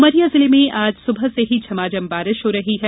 उमरिया जिले में आज सुबह से ही झमाझम बारिश हो रही है